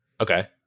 Okay